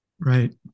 Right